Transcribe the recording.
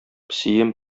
песием